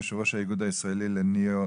יו"ר ראש האיגוד הישראלי לניאונטולוגיה.